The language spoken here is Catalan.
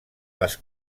les